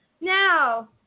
now